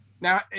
now